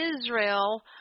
Israel